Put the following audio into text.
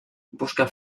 busca